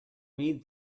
mean